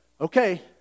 okay